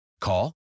Call